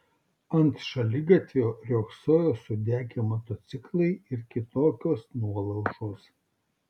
ant šaligatvio riogsojo sudegę motociklai ir kitokios nuolaužos